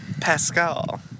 Pascal